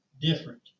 different